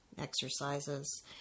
exercises